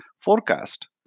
forecast